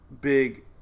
big